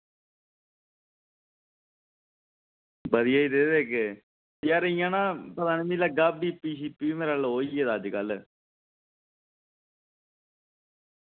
बधिया च देई देगे यार इ'यां ना पता निं बीपी मी लग्गा दा बीपी बी मेरा लो होई गेदा अजकल्ल